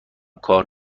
کار